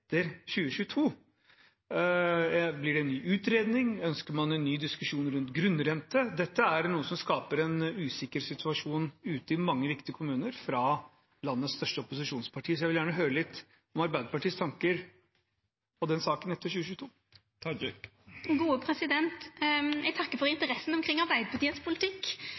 2022. Blir det en utredning? Ønsker man en ny diskusjon rundt grunnrente? Dette er noe som skaper en usikker situasjon ute i mange kommuner, fra landets største opposisjonsparti, så jeg vil gjerne høre litt om Arbeiderpartiets tanker om den saken etter 2022. Eg takkar for interessa for